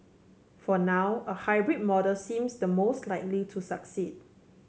for now a hybrid model seems the most likely to succeed